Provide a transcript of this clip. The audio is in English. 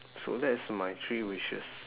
so that is my three wishes